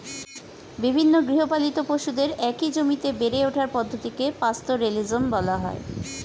বিভিন্ন গৃহপালিত পশুদের একই জমিতে বেড়ে ওঠার পদ্ধতিকে পাস্তোরেলিজম বলা হয়